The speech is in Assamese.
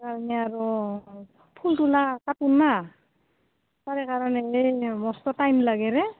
আৰু ফুল তোলা কাপোৰ না তাৰে কাৰণে মস্ত টাইম লাগেৰে